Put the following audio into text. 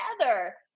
together